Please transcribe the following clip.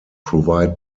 provide